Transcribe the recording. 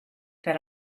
that